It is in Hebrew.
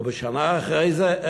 ובשנה אחרי זה,